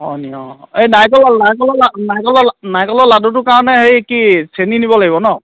হয় নি অঁ এই নাৰিকলৰ নাৰিকলৰ লাড়ু নাৰিকলৰ লাড়ু নাৰিকলৰ লাড়ুটোৰ কাৰণে হেই কি চেনি নিব লাগিব ন